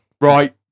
Right